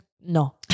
No